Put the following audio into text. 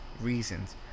reasons